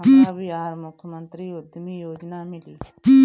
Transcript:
हमरा बिहार मुख्यमंत्री उद्यमी योजना मिली?